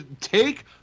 take